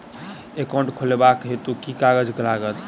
Account खोलाबक हेतु केँ कागज लागत?